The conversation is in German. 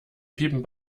piepen